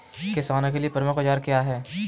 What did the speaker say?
किसानों के लिए प्रमुख औजार क्या हैं?